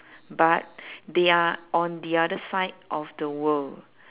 but they are on the other side of the world